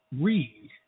read